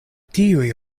tiuj